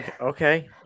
Okay